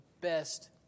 best